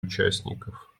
участников